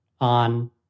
on